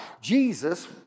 Jesus